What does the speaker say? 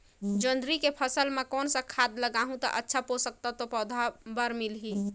जोंदरी के फसल मां कोन सा खाद डालहु ता अच्छा पोषक तत्व पौध बार मिलही?